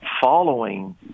following